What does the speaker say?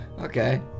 Okay